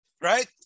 right